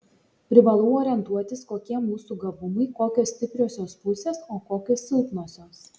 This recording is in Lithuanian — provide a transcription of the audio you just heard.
privalau orientuotis kokie mūsų gabumai kokios stipriosios pusės o kokios silpnosios